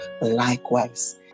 likewise